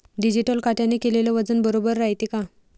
Digital काट्याने केलेल वजन बरोबर रायते का?